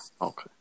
Okay